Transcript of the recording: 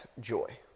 joy